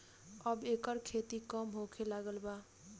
अब एकर खेती कम होखे लागल बा